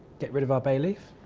get rid of our bay leaf.